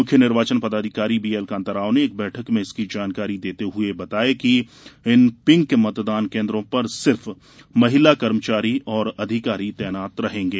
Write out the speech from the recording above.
मुख्य निर्वाचन पदाधिकारी वी एल कांताराव ने एक बैठक में इसकी जानकारी देते हुए बताया कि इन पिंक मतदान केन्द्रों पर सिर्फ महिला कर्मचारी और अधिकारी तैनात रहेंगे